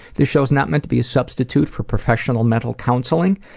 this show's not meant to be a substitute for professional, mental counseling.